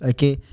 Okay